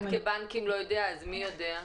כמייצגת את הבנקים לא יודעת אז מי יודע?